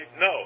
no